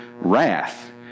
wrath